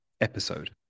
episode